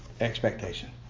expectation